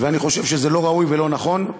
ואני חושב שזה לא ראוי ולא נכון,